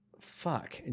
fuck